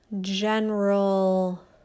general